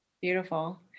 Beautiful